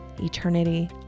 eternity